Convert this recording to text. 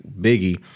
Biggie